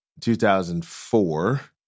2004